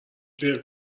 دیگه